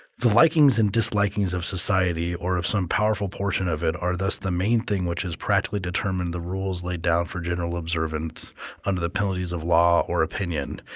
the likings and dislikings of society or of some powerful portion of it are thus the main thing which has practically determined the rules laid down for general observance under the penalties of law or opinion.